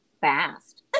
fast